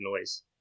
noise